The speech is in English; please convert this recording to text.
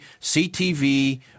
CTV